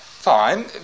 Fine